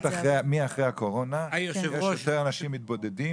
בפרט מאחרי הקורונה יש יותר אנשים מתבודדים